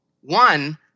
One